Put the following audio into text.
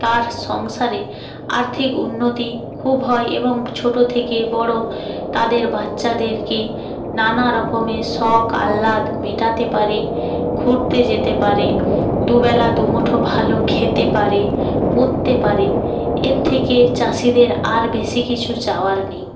তার সংসারে আর্থিক উন্নতি খুব হয় এবং ছোটো থেকে বড়ো তাদের বাচ্চাদেরকে নানা রকমের শখ আহ্লাদ মেটাতে পারে ঘুরতে যেতে পারে দু বেলা দু মুঠো ভালো খেতে পারে পরতে পারে এর থেকে চাষিদের আর বেশি কিছু চাওয়ার নেই